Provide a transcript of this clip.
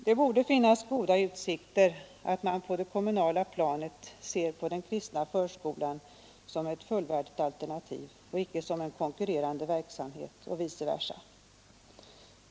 Det borde finnas goda utsikter att man på det kommunala planet ser på den kristna förskolan som ett fullvärdigt alternativ och icke som en konkurrerande verksamhet och vice versa.